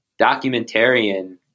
documentarian